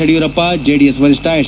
ಯಡಿಯೂರಪ್ಪ ಜೆಡಿಎಸ್ ವರಿಷ್ಣ ಎಚ್